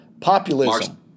populism